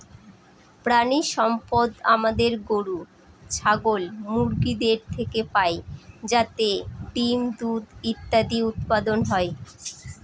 প্রানীসম্পদ আমাদের গরু, ছাগল, মুরগিদের থেকে পাই যাতে ডিম, দুধ ইত্যাদি উৎপাদন হয়